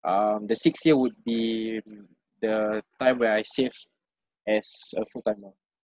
um the sixth year would be mm the time where I save as a full-timer